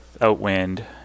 Outwind